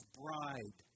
bride